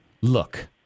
look